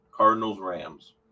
Cardinals-Rams